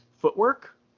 footwork